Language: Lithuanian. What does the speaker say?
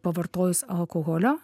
pavartojus alkoholio